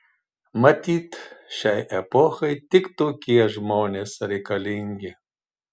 matyt šiai epochai tik tokie žmonės reikalingi